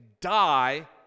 die